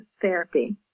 therapy